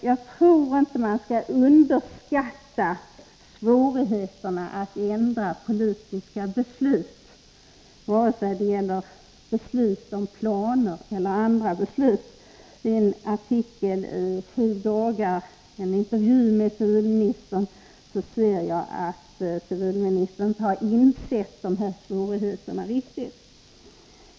Jag tror inte att man kan underskatta svårigheterna att ändra på politiska beslut, vare sig de gäller beslut om planer eller andra beslut. Tenintervju i tidningen 7 dagar framgår det att civilministern inte har insett de här svårigheterna riktigt.